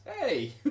hey